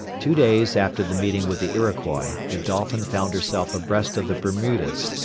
two days after the meeting with the iroquois, the dolphin found herself abreast of the bermudas,